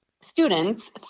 students